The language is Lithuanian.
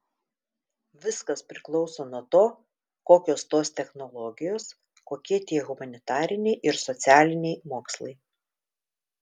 viskas priklauso nuo to kokios tos technologijos kokie tie humanitariniai ir socialiniai mokslai